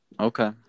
Okay